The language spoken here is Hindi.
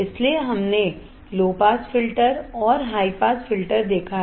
इसलिए हमने लो पास फिल्टर और हाई पास फिल्टर देखा है